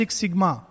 sigma